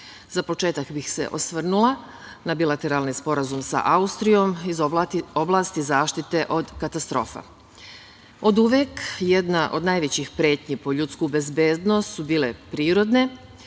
početku bih se osvrnula na bilateralni sporazum sa Austrijom iz oblasti zaštite od katastrofa. Oduvek, jedna od najvećih pretnji po ljudsku bezbednost su bile prirodne,